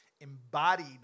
embodied